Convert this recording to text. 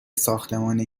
ساختمان